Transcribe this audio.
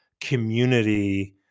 community